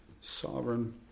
sovereign